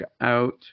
out